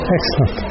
Excellent